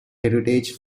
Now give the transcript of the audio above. heritage